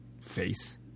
face